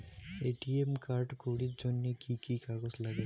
ATM card করির জন্যে কি কি কাগজ নাগে?